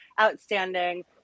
outstanding